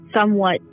somewhat